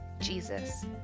Jesus